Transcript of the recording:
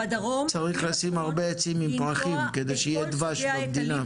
צריך לשים הרבה עצים עם פרחים כדי שיהיה הרבה דבש במדינה.